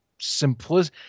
simplistic